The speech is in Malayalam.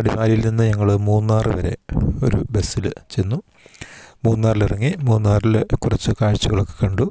അടിമാലിയിൽനിന്ന് ഞങ്ങൾ മൂന്നാറ് വരെ ഒരു ബസ്സിൽ ചെന്നു മൂന്നാറിലിറങ്ങി മൂന്നാറിൽ കുറച്ച് കാഴ്ചകളൊക്കെ കണ്ടു